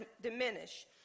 diminish